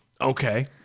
Okay